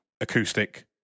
acoustic